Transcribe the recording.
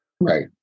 Right